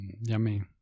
Yummy